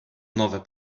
nowe